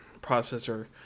processor